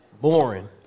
Boring